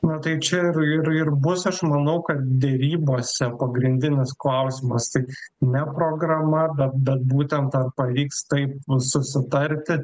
na tai čia ir ir ir bus aš manau kad derybose pagrindinis klausimas tik ne programa bet bet būtent ar pavyks taip susitarti